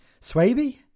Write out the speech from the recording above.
Swaby